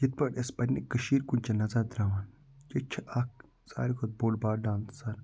یِتھ پٲٹھۍ أسۍ پَنٛنہِ کٔشیٖرِ کُن چھِ نظر تراوان ییٚتہِ چھِ اَکھ سارِوی کھۄتہٕ بوٚڈ بارٕ ڈانسَر